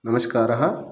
नमस्कारः